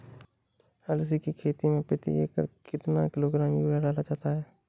अलसी की खेती में प्रति एकड़ कितना किलोग्राम यूरिया डाला जाता है?